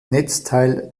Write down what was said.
netzteil